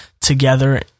together